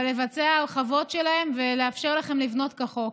אבל לבצע הרחבות שלהן ולאפשר לכם לבנות כחוק.